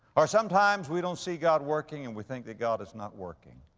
or sometimes we don't see god working and we think that god is not working.